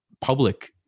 public